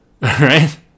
right